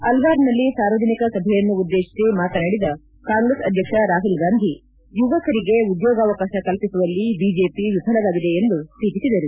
ಅಲ್ವಾರ್ನಲ್ಲಿ ಸಾರ್ವಜನಿಕ ಸಭೆಯನ್ನುದ್ದೇಶಿಸಿ ಮಾತನಾಡಿದ ಕಾಂಗ್ರೆಸ್ ಅಧ್ಯಕ್ಷ ರಾಹುಲ್ ಗಾಂಧಿ ಯುವಕರಿಗೆ ಉದ್ಲೋಗಾವಕಾಶ ಕಲ್ಪಿಸುವಲ್ಲಿ ಬಿಜೆಪಿ ವಿಫಲವಾಗಿದೆ ಎಂದು ಟೀಕಿಸಿದರು